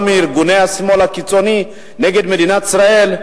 ארגוני השמאל הקיצוני נגד מדינת ישראל,